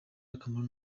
akamaro